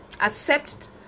Accept